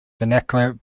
vernacular